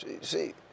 see